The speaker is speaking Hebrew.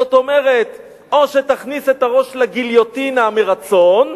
זאת אומרת, או שתכניס את הראש לגיליוטינה מרצון,